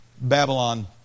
Babylon